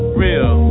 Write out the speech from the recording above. real